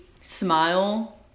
smile